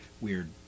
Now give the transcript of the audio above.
weird